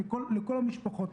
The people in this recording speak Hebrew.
לכל המשפחות,